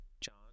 John